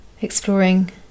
exploring